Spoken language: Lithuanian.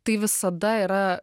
tai visada yra